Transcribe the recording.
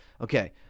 Okay